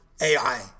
AI